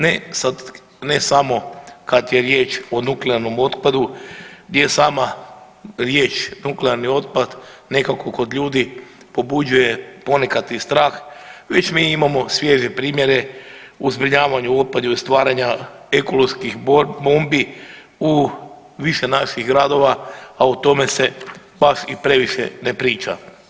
Ne samo kad je riječ o nuklearnom otpadu, gdje je sama riječ nuklearni otpad nekako kod ljudi pobuđuje ponekad i strah već mi imamo svježe primjere u zbrinjavanju otpada i stvaranja ekoloških bombi u više naših gradova, a o tome se baš i previše ne priča.